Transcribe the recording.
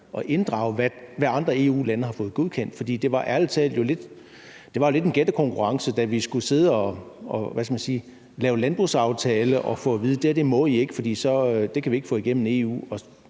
at inddrage, hvad andre EU-lande har fået godkendt, for det var jo ærlig talt lidt en gættekonkurrence, da vi skulle sidde og lave landbrugsaftale, at få at vide: Det her må I ikke, for det kan vi ikke få igennem i EU.